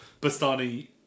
Bastani